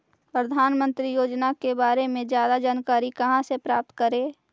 प्रधानमंत्री योजना के बारे में जादा जानकारी कहा से प्राप्त करे?